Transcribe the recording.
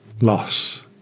loss